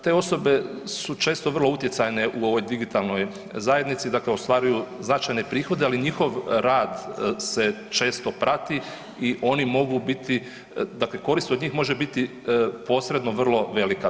Te osobe su često vrlo utjecajne u ovoj digitalnoj zajednici, dakle ostvaruju značajne prihode, ali njihov rad se često prati i oni mogu biti, dakle korist od njih može biti posredno vrlo velika.